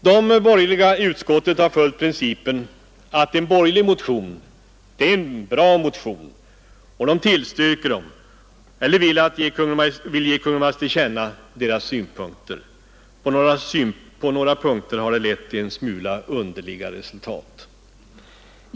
De borgerliga i utskottet har följt principen att en borgerlig motion är en bra motion och tillstyrker dem eller vill ge Kungl. Maj:t till känna sina synpunkter på dem. På några punkter har detta lett till underliga resultat.